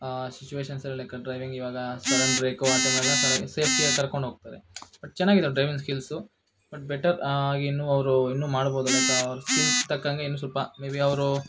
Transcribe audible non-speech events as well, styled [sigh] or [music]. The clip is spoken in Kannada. ಸಿಚುಯೇಶನ್ಸಲ್ಲಿ ಲೈಕ್ ಡ್ರೈವಿಂಗ್ ಇವಾಗ ಸಡನ್ ಬ್ರೇಕು [unintelligible] ಸೇಫ್ಟಿಯಾಗಿ ಕರ್ಕೊಂಡು ಹೋಗ್ತಾರೆ ಬಟ್ ಚೆನ್ನಾಗಿದೆ ಡ್ರೈವಿಂಗ್ ಸ್ಕಿಲ್ಸು ಬಟ್ ಬೆಟರ್ ಇನ್ನು ಅವರು ಇನ್ನು ಮಾಡ್ಬೋದು ಲೈಕ್ ಅವ್ರ ಸ್ಕಿಲ್ಸ್ಗೆ ತಕ್ಕಂತೆ ಇನ್ನು ಸ್ವಲ್ಪ ಮೇ ಬಿ ಅವರು